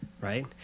right